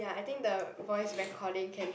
ya I think the voice recording can